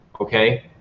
okay